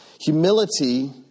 Humility